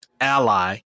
Ally